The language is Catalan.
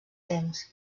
temps